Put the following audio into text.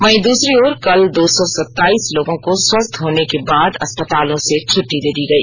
वहीं दूसरी ओर कल दो सौ सताईस लोगों को स्वस्थ होने के बाद अस्पतालों से छुट्टी दे दी गई